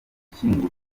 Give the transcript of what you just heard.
gushyingurwa